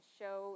show